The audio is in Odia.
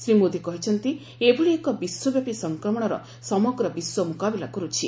ଶ୍ରୀ ମୋଦି କହିଛନ୍ତି ଏଭଳି ଏକ ବିଶ୍ୱବ୍ୟାପୀ ସଂକ୍ରମଣର ସମଗ୍ର ବିଶ୍ୱ ମୁକାବିଲା କରୁଛି